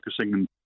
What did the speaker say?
focusing